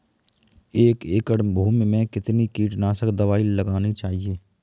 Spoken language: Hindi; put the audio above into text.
एक एकड़ भूमि में कितनी कीटनाशक दबाई लगानी चाहिए?